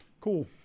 Cool